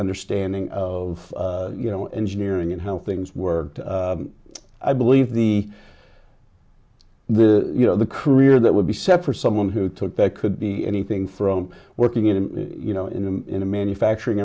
understanding of you know engineering and how things worked i believe the the you know the career that would be separate someone who took that could be anything from working in a you know in a in a manufacturing